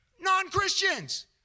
non-Christians